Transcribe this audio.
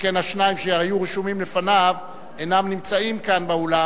שכן השניים שהיו רשומים לפניו אינם נמצאים כאן באולם.